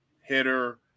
hitter